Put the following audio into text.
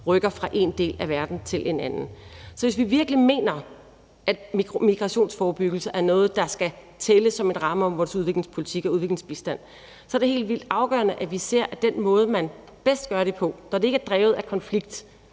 rykker fra én del af verden til en anden. Så hvis vi virkelig mener, at migrationsforebyggelse er noget, der skal tælle som en ramme om vores udviklingspolitik og udviklingsbistand, er det helt vildt afgørende, at vi ser, at den måde, man bedst gør det på, når det ikke er drevet af konflikter